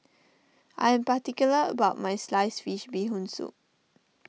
I am particular about my Sliced Fish Bee Hoon Soup